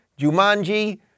Jumanji